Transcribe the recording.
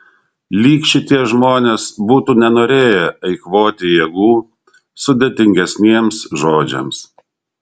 lyg šitie žmonės būtų nenorėję eikvoti jėgų sudėtingesniems žodžiams